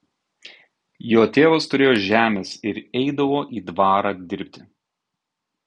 jo tėvas turėjo žemės ir eidavo į dvarą dirbti